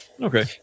Okay